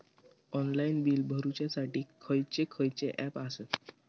Online bill भरुच्यासाठी खयचे खयचे ऍप आसत?